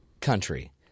country